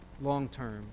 long-term